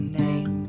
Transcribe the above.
name